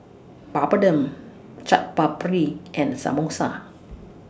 Papadum Chaat Papri and Samosa